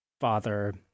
father